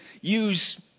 use